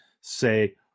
say